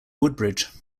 woodbridge